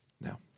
Now